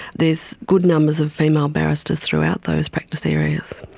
there's good numbers of female barristers throughout those practice areas.